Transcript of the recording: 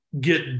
get